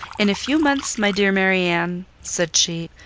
in a few months, my dear marianne. said she,